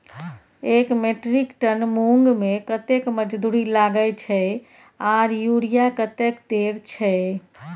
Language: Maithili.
एक मेट्रिक टन मूंग में कतेक मजदूरी लागे छै आर यूरिया कतेक देर छै?